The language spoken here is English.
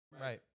Right